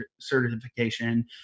certification